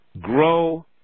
grow